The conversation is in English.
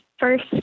first